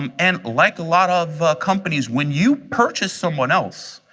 um and like a lot of companies when you purchase someone else,